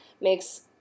makes